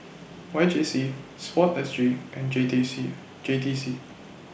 Y J C Sport S G and J T C J T C